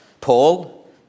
Paul